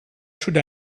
should